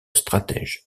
stratège